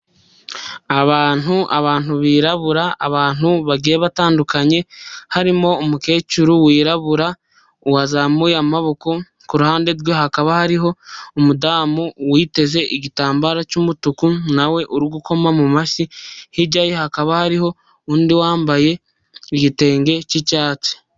Abantu, abantu birabura, abantu bagiye batandukanye harimo umukecuru wirabura wazamuye amaboko. ku ruhande rwe hakaba hariho umudamu witeze igitambaro cy'umutuku na we uri gukoma mu mashyi, hirya ye hakaba hariho undi wambaye igitenge cy'icyatsi.